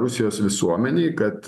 rusijos visuomenei kad